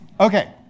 Okay